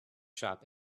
shop